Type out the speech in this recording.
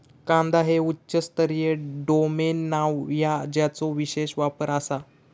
कांदा हे उच्च स्तरीय डोमेन नाव हा ज्याचो विशेष वापर आसा